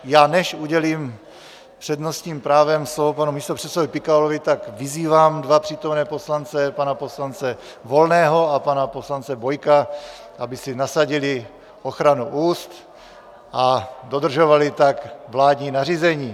Já než udělím s přednostním právem slovo panu místopředsedovi Pikalovi, tak vyzývám dva přítomné poslance, pana poslance Volného a pana poslance Bojka, aby si nasadili ochranu úst a dodržovali tak vládní nařízení.